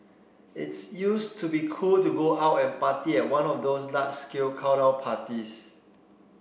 it's used to be cool to go out and party at one of those large scale countdown parties